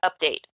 update